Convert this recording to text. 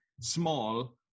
small